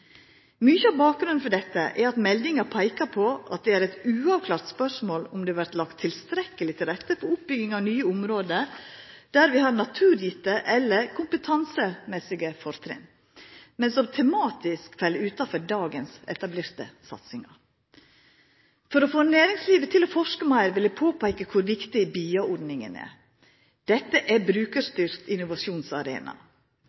Mykje av bakgrunnen for dette er at meldinga peikar på at det er eit uavklart spørsmål om det vert lagt tilstrekkeleg til rette for oppbygging av nye område der vi har naturgitte eller kompetansemessige fortrinn, men som tematisk fell utanfor dagens etablerte satsingar. For å få næringslivet til å forska meir vil eg påpeika kor viktig BIA-ordninga – brukarstyrt innovasjonsarena – er. Men BIA er